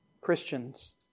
Christians